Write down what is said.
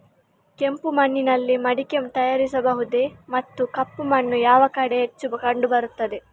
ಕೆಂಪು ಮಣ್ಣಿನಲ್ಲಿ ಮಡಿಕೆ ತಯಾರಿಸಬಹುದೇ ಮತ್ತು ಕಪ್ಪು ಮಣ್ಣು ಯಾವ ಕಡೆ ಹೆಚ್ಚು ಕಂಡುಬರುತ್ತದೆ?